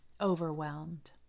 overwhelmed